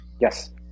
yes